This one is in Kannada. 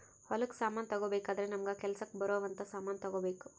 ಹೊಲಕ್ ಸಮಾನ ತಗೊಬೆಕಾದ್ರೆ ನಮಗ ಕೆಲಸಕ್ ಬರೊವ್ ಅಂತ ಸಮಾನ್ ತೆಗೊಬೆಕು